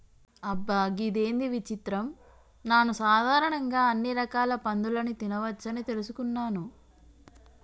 అబ్బ గిదేంది విచిత్రం నాను సాధారణంగా అన్ని రకాల పందులని తినవచ్చని తెలుసుకున్నాను